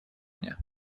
мне